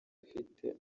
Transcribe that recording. ifite